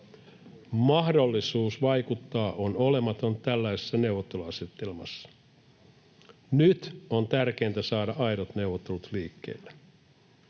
Mahdollisuus vaikuttaa on olematon tällaisessa neuvotteluasetelmassa. Nyt on tärkeintä saada aidot neuvottelut liikkeelle.